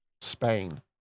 Spain